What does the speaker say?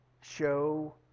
Show